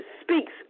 speaks